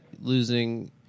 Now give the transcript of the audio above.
losing